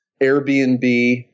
airbnb